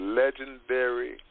legendary